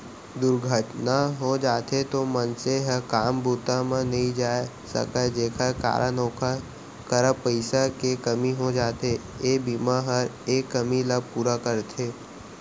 दुरघटना हो जाथे तौ मनसे ह काम बूता म नइ जाय सकय जेकर कारन ओकर करा पइसा के कमी हो जाथे, ए बीमा हर ए कमी ल पूरा करथे